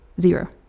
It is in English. Zero